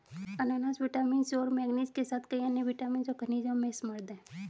अनन्नास vitamin C और manganese के साथ कई अन्य विटामिन और खनिजों में समृद्ध हैं